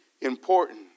important